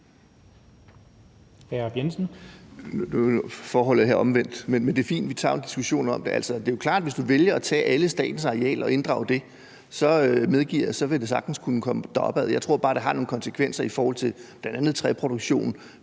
Nu er forholdet med spørgsmål jo omvendt, men det er fint, at vi tager en diskussion om det. Jeg medgiver, at hvis du vælger at tage alle statens arealer og inddrage dem, vil det sagtens kunne komme deropad. Jeg tror bare, det har nogle konsekvenser, bl.a. i forhold til træproduktion.